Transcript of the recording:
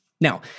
Now